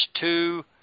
two